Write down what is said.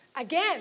again